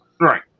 Right